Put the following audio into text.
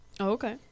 Okay